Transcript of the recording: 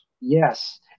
Yes